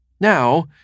Now